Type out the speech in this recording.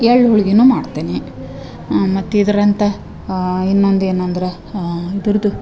ಎಳ್ಳು ಹೋಳ್ಗಿನು ಮಾಡ್ತೆನಿ ಮತ್ತು ಇದ್ರಂಥಾ ಇನ್ನೊಂದು ಏನಂದ್ರ ಇದರ್ದು